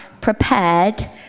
prepared